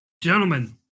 Gentlemen